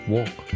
Walk